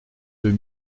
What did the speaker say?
deux